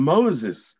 Moses